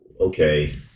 okay